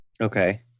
Okay